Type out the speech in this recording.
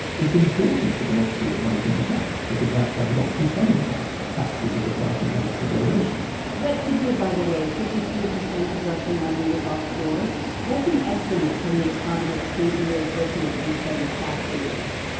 it's important for democracy that money can be taxed because that's how democracies fund themselves. taxes are the price we pay for civilization that figure, by the way fifty two percent of russian money is offshore that's an estimate from the economist gabriel zucman, who studies tax havens.